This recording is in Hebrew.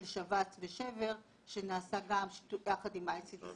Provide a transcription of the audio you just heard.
של שבץ ושבר, שנעשה גם יחד עם ה-ICDC